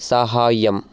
साहाय्यम्